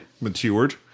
Matured